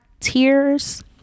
tears